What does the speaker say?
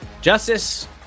Justice